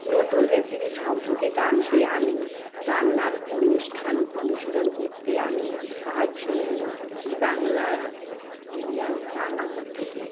নতুন রেসিপি সম্পর্কে জানতে আমি রান্নার অনুষ্ঠান অনুসরণ করতে আমি সাহায্য নিই জি বাংলার সিরিয়াল রান্নাঘর থেকে